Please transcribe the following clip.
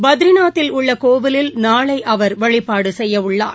பத்ரிநாத்தில் உள்ள கோவிலில் நாளை அவர் வழிபாடு செய்யவுள்ளார்